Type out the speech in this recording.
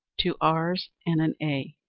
two r's and an a